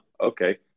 okay